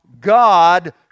God